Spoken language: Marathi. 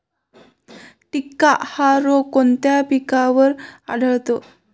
टिक्का हा रोग कोणत्या पिकावर आढळतो?